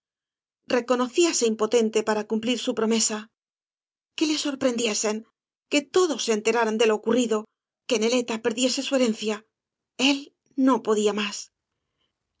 morir reconocíase impotente para cumplir su promesa que le sorprendiesen que todos se enteraran de lo ocurrido que neieta perdiese su herencia él no podía más